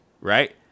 right